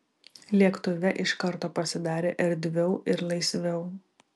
lėktuve iš karto pasidarė erdviau ir laisviau